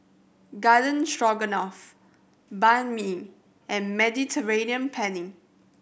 Garden Stroganoff Banh Mi and Mediterranean Penne